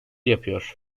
yapıyor